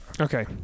Okay